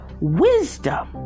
wisdom